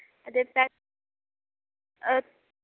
हां ते पै